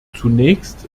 zunächst